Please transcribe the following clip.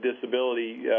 disability